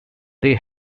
they